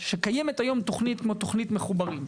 שקיימת היום תוכנית כמו תוכנית 'מחוברים',